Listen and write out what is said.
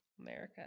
America